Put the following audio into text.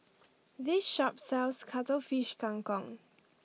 this shop sells Cuttlefish Kang Kong